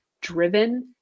driven